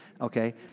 Okay